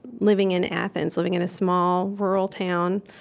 living in athens, living in a small, rural town.